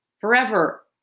forever